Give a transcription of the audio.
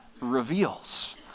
reveals